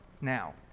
now